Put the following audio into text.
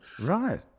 right